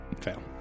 Fail